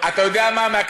אתה יודע מה?